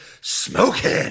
Smoking